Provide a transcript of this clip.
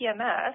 PMS